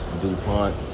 DuPont